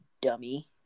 dummy